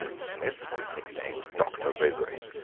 smith was nicknamed doctor roguery,